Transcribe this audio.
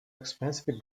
expensive